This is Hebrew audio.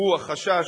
הוא החשש